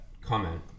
comment